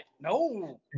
No